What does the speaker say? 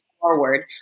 forward